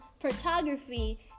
photography